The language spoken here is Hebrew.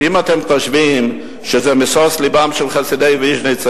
ואם אתם חושבים שזה היה משוש לבם של חסידי ויז'ניץ,